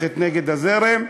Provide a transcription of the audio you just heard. וללכת נגד הזרם,